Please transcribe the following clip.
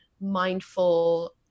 mindful